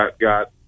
got